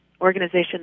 organization